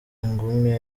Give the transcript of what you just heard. ingumi